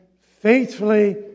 faithfully